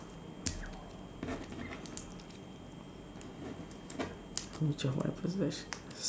which of my possessions